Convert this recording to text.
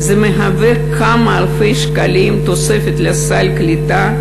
זה מהווה כמה אלפי שקלים תוספת לסל הקליטה,